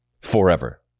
Forever